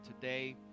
today